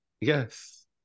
Yes